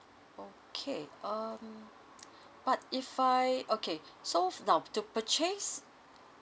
okay um but if I okay so now to purchase